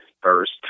first